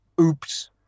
Oops